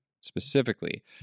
specifically